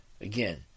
Again